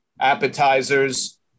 appetizers